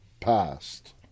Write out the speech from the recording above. passed